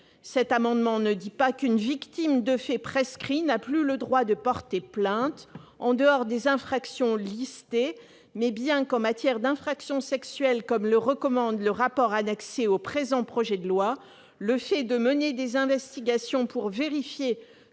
Il ne prévoit pas qu'une victime de faits prescrits n'a plus le droit de porter plainte en dehors des infractions listées. Simplement, en matière d'infractions sexuelles, comme le recommande le rapport annexé au projet de loi, le fait de mener des investigations pour vérifier